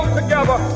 together